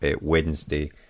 Wednesday